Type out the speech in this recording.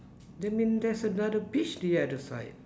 that mean there's another beach the other side